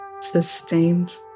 sustained